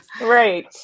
Right